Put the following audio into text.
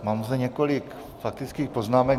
Mám zde několik faktických poznámek.